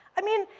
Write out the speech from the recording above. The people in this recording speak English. i mean,